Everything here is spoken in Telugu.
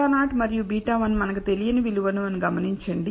β0 మరియు β1 మనం తెలియని విలువలు అని గమనించండి